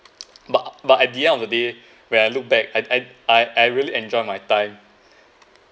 but but at the end of the day when I look back I I I I really enjoyed my time